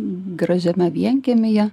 gražiame vienkiemyje